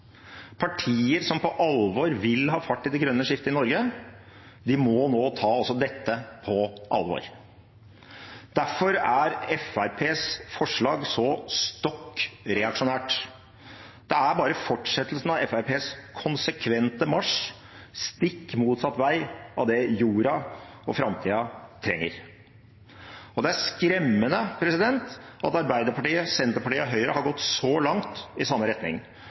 Partier som på alvor vil ha fart i det grønne skiftet i Norge, må nå ta også dette på alvor. Derfor er Fremskrittspartiets forslag så stokk reaksjonært. Det er bare fortsettelsen av Fremskrittspartiets konsekvente marsj stikk motsatt vei av det jorden og framtiden trenger. Det er skremmende at Arbeiderpartiet, Senterpartiet og Høyre har gått så langt i samme retning,